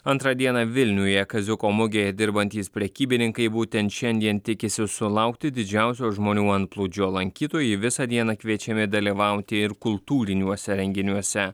antrą dieną vilniuje kaziuko mugėje dirbantys prekybininkai būtent šiandien tikisi sulaukti didžiausio žmonių antplūdžio lankytojai visą dieną kviečiami dalyvauti ir kultūriniuose renginiuose